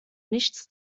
nichts